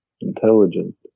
intelligent